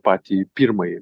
patį pirmąjį